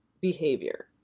behavior